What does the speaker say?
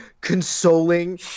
consoling